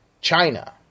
China